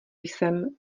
jsem